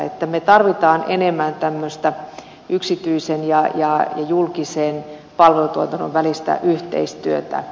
eli me tarvitsemme enemmän tämmöistä yksityisen ja julkisen palvelutuotannon välistä yhteistyötä